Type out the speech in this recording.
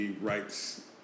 rights